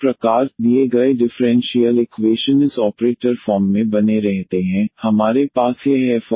इस प्रकार दिए गए डिफरेंशियल इक्वेशन इस ऑपरेटर फॉर्म में बने रहते हैं हमारे पास यह fDyX है